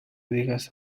digas